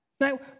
Now